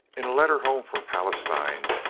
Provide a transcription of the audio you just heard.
in a letter home, from palestine,